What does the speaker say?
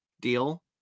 deal